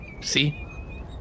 See